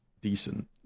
decent